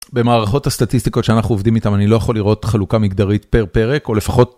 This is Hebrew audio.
במערכות הסטטיסטיקות שאנחנו עובדים איתן אני לא יכול לראות חלוקה מגדרית פר פרק או לפחות.